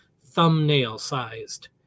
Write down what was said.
thumbnail-sized